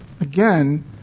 again